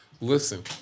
listen